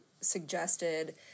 suggested